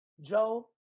Joe